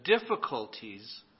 difficulties